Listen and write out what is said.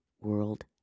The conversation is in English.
world